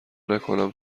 نکنم